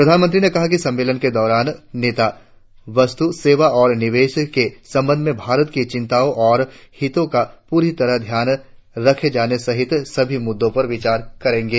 प्रधानमंत्री ने कहा कि सम्मेलन के दौरान नेता वस्तु सेवा और निवेश के संबंध में भारत की चिंताओ और हितों का पूरी तरह ध्यान रखे जाने सहित सभी मुद्दों पर विचार करेंगे